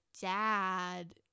dad